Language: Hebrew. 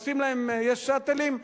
יש "שאטלים",